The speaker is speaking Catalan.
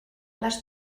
les